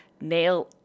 nail